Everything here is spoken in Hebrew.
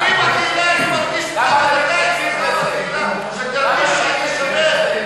אצלי בקהילה אני מרגיש, למה אתה מתנגד לזה?